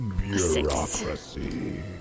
Bureaucracy